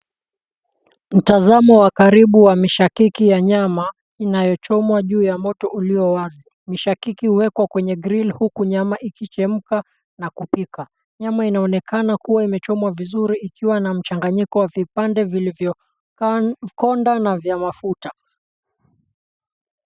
Mtazamo wa karibu wa mishakiki ya nyama inayochomwa juu ya moto uliowazi. Mishakiki huwekwa kwenye grill huku nyama ikichemka na kupika. Nyama inaonekana kuwa imechomwa vizuri ikiwa na mchanganyiko wa vipande vilivyokonda na vya mafuta.